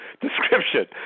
description